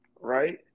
right